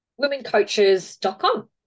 Womencoaches.com